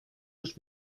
los